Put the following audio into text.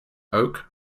oak